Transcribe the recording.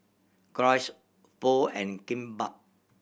Gyros Pho and Kimbap